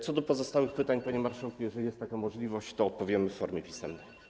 Co do pozostałych pytań, panie marszałku, jeżeli jest taka możliwość, to odpowiem w formie pisemnej.